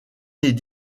n’est